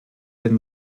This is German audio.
wenn